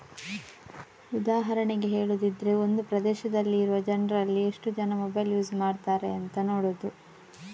ಉದಾಹರಣೆಗೆ ಹೇಳುದಿದ್ರೆ ಒಂದು ಪ್ರದೇಶದಲ್ಲಿ ಇರುವ ಜನ್ರಲ್ಲಿ ಎಷ್ಟು ಜನ ಮೊಬೈಲ್ ಯೂಸ್ ಮಾಡ್ತಾರೆ ಅಂತ ನೋಡುದು